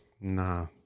Nah